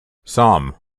some